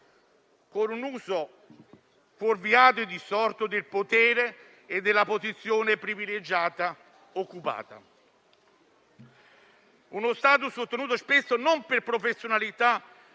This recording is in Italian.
fanno un uso fuorviato e distorto del potere e della posizione privilegiata occupata. Uno *status* ottenuto spesso non per professionalità